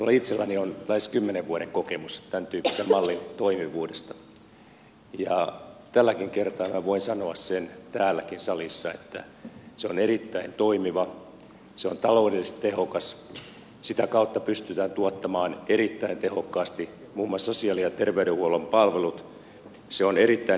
minulla itselläni on lähes kymmenen vuoden kokemus tämäntyyppisen mallin toimivuudesta ja tälläkin kertaa minä voin sanoa sen täälläkin salissa että se on erittäin toimiva se on taloudellisesti tehokas sitä kautta pystytään tuottamaan erittäin tehokkaasti muun muassa sosiaali ja terveydenhuollon palvelut se on erittäin demokraattinen avoin